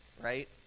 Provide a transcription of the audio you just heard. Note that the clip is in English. right